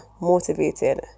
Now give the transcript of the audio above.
motivated